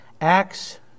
Acts